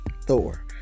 Thor